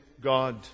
God